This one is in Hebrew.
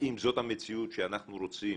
האם זאת המציאות שאנחנו רוצים